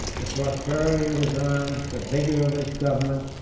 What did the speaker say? the prosperity of his arms, the vigor of his government,